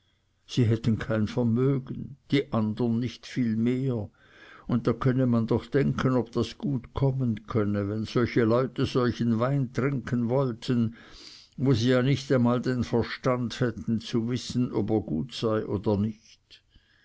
sie hätten kein vermögen die andern nicht viel mehr und da könne man doch denken ob das gut kommen könne wenn solche leute solchen wein trinken wollten wo sie ja nicht einmal den verstand hätten zu wissen ob er gut sei oder nicht